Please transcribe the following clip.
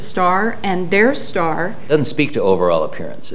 star and their star and speak to overall appearance